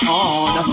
on